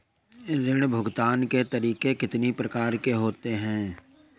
ऋण भुगतान के तरीके कितनी प्रकार के होते हैं?